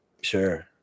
Sure